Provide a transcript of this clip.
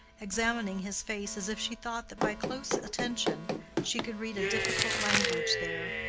examining his face as if she thought that by close attention she could read a difficult language there.